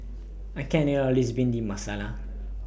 I can't eat All of This Bhindi Masala